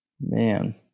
man